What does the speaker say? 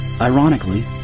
ironically